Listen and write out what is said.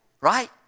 Right